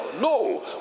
No